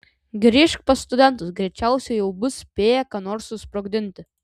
grįžk pas studentus greičiausiai jau bus spėję ką nors susprogdinti